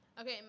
Okay